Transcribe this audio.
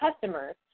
customers